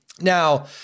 Now